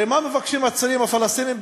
הרי מה מבקשים הצעירים הפלסטינים,